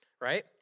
right